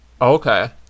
Okay